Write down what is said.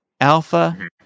Alpha